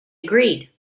agreed